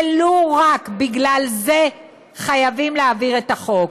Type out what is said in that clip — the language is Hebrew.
ולו רק בגלל זה חייבים להעביר את החוק.